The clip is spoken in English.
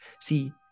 See